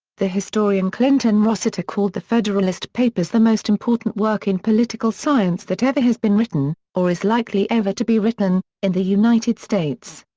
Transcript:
the historian clinton rossiter called the federalist papers the most important work in political science that ever has been written, or is likely ever to be written, in the united states.